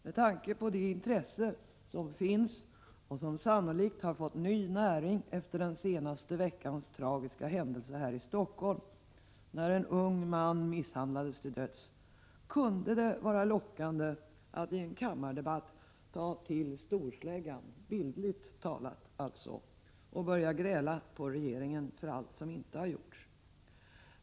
Med tanke på det intresse som finns och som sannolikt har fått ny näring efter den senaste veckans tragiska händelse här i Stockholm, när en ung man misshandlades till döds, kunde det vara lockande att i en kammardebatt ta till storsläggan — dvs. bildligt talat — och börja gräla på regeringen för allt som inte har gjorts.